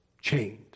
chained